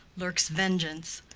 lurks vengeance,